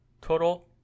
Total